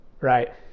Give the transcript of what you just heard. Right